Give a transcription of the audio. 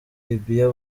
libya